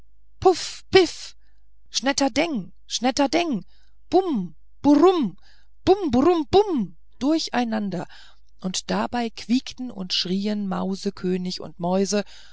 schnetterdeng schnetterdeng bum burum bum burum bum durcheinander und dabei quiekten und schrien mauskönig und mäuse